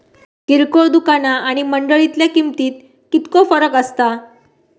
किरकोळ दुकाना आणि मंडळीतल्या किमतीत कितको फरक असता?